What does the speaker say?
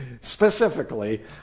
specifically